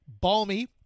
balmy